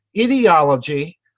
ideology